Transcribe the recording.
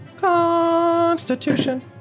Constitution